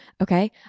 okay